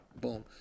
Boom